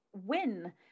win